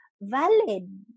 valid